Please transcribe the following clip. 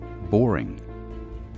boring